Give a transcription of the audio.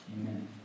amen